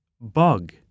Bug